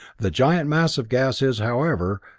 the giant mass of gas is, however,